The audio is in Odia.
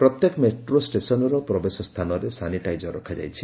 ପ୍ରତ୍ୟେକ ମେଟ୍ରୋ ଷ୍ଟେସନର ପ୍ରବେଶସ୍ଥାନରେ ସାନିଟାଇଜର ରଖାଯାଇଛି